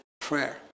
prayer